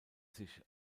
sich